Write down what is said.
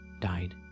died